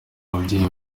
ababyeyi